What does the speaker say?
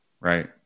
right